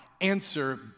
answer